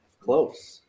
Close